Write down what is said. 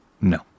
No